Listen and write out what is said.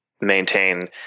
maintain